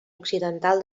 occidental